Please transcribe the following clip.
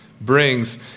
brings